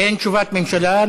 אין תשובת ממשלה.